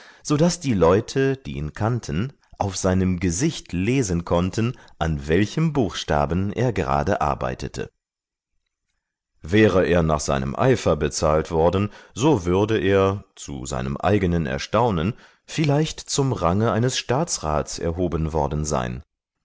so daß die leute die ihn kannten auf seinem gesicht lesen konnten an welchem buchstaben er gerade arbeitete wäre er nach seinem eifer bezahlt worden so würde er zu seinem eigenen erstaunen vielleicht zum range eines staatsrats erhoben worden sein